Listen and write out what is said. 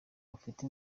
bafite